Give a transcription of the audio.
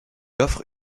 offre